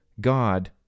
God